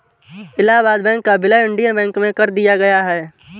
Allahabad bank का विलय Indian bank में कर दिया गया है